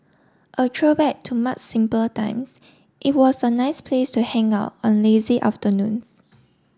a throwback to much simpler times it was a nice place to hang out on lazy afternoons